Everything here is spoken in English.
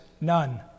none